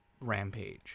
rampage